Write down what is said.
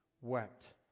wept